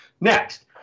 Next